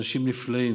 הם אנשים נפלאים.